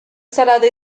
salado